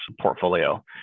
portfolio